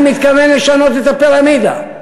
אני מתכוון לשנות את הפירמידה.